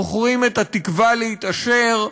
מוכרים את התקווה להתעשר,